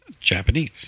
Japanese